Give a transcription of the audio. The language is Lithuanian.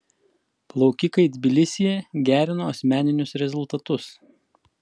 plaukikai tbilisyje gerino asmeninius rezultatus